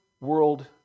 world